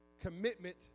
Commitment